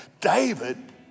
David